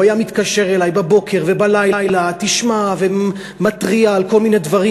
הוא היה מתקשר אלי בבוקר ובלילה ומתריע על כל מיני דברים,